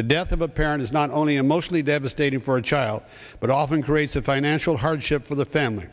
the death of a parent is not only emotionally devastating for a child but often grades a financial hardship for the family